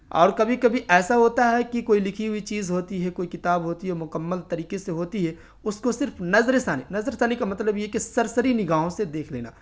اور کبھی کبھی ایسا ہوتا ہے کہ کوئی لکھی ہوئی چیز ہوتی ہے کوئی کتاب ہوتی ہے مکمل طریقے سے ہوتی ہے اس کو صرف نظر ثانی نظر ثانی کا مطلب یہ کہ سرسری نگاہوں سے دیکھ لینا